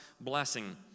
blessing